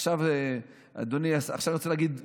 עכשיו אני רוצה להגיד "אנחנו,